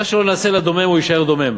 מה שלא נעשה לדומם, הוא יישאר דומם.